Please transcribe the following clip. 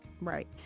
right